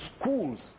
schools